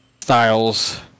styles